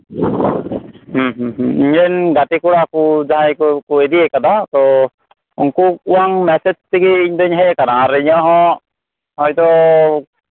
ᱦᱮᱸ ᱦᱮᱸ ᱤᱧᱨᱮᱱ ᱜᱟᱛᱮ ᱠᱚᱲᱟ ᱠᱚ ᱡᱟᱦᱟᱸᱭ ᱠᱚᱠᱚ ᱤᱫᱤᱭᱟᱠᱟᱫᱟ ᱛᱚ ᱩᱱᱠᱩᱠᱚᱣᱟᱝ ᱢᱮᱥᱮᱡᱽ ᱛᱮᱜᱮ ᱤᱧᱫᱚᱧ ᱦᱮᱡ ᱟᱠᱟᱱᱟ ᱟᱨ ᱤᱧᱟᱹᱜ ᱦᱚᱸ ᱦᱚᱭᱛᱚ